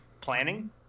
planning